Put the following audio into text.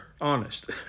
honest